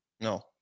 No